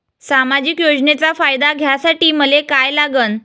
सामाजिक योजनेचा फायदा घ्यासाठी मले काय लागन?